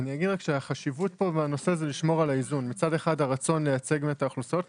החשיבות פה בנושא לשמור על האיזון מצד אחד הרצון לייצג את האוכלוסיות,